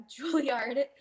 Juilliard